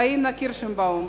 פאינה קירשנבאום,